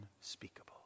unspeakable